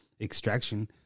Extraction